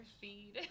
feed